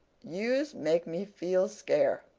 yous make me feel scare